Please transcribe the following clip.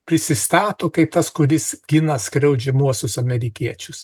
prisistato kaip tas kuris gina skriaudžiamuosius amerikiečius